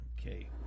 Okay